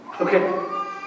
Okay